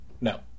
No